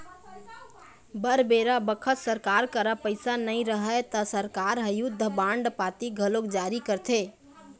बर बेरा बखत सरकार करा पइसा नई रहय ता सरकार ह युद्ध बांड पाती घलोक जारी करथे